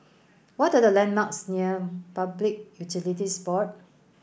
what are the landmarks near Public Utilities Board